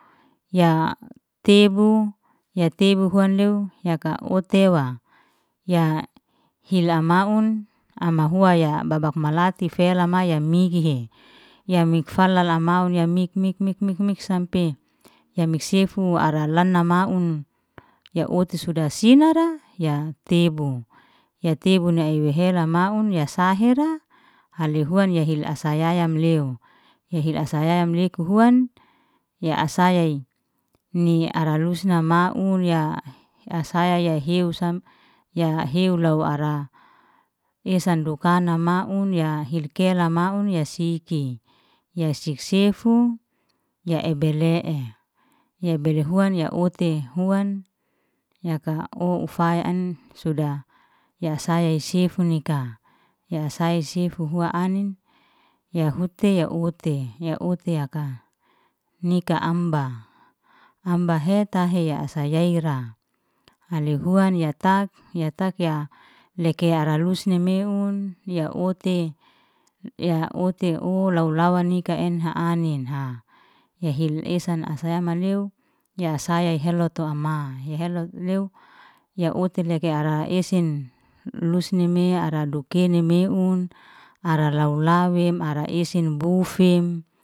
Ya tebu ya tebu huan lew yaka'o tewa, ya hil amaun ama hua ya babak malatif fela maya mihihe, ya mik falala maun ya mik mik mik mik mik sampe ya mik sefu ara lana maun, ya uti suda sinara ya tebu, ya tebu nai ewhela maun ya sahira hali huan ya hil asayaya amleu, hi- hil asayayam leku huan ya asaya i ni ara lusna mun ya asaya ya hius sam, ya hiu law au ara esan dokana maun, ya hil kela maun ya siki, ya sifsefu ya ebele'e, ya ebele huan ya uti huan yaka ofu ufaya an suda ya saya esifu nika ya saya sifu hua anin, ya huti, ya uti ya uti yaka, nika amba, amba heta heya asa yai'ra, hali huan ya tak yak ya leke ara lusni meun, ya uti ya uti u law- lawa nikahe enha anin ya hil esa asan maleo ya saya helotu ama heheloy leo ya uti leke ara esen lusni mea ara dokene meun ara law- lawem ara esen boufem.